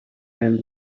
and